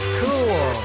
cool